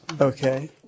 Okay